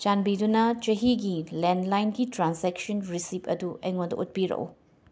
ꯆꯥꯟꯕꯤꯗꯨꯅ ꯆꯍꯤꯒꯤ ꯂꯦꯟꯂꯥꯏꯟꯒꯤ ꯇ꯭ꯔꯥꯟꯁꯦꯛꯁꯟ ꯔꯤꯁꯤꯞ ꯑꯗꯨ ꯑꯩꯉꯣꯟꯗ ꯎꯠꯄꯤꯔꯛꯎ